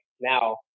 now